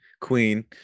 queen